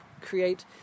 create